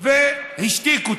והשתיק אותי.